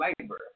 labor